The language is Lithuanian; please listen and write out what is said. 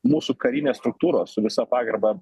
mūsų karinės struktūros su visa pagarba